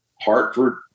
Hartford